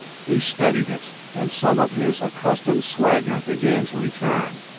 he studied it, and some of his accustomed swagger began to return.